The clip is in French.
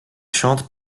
chante